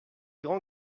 grands